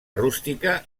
rústica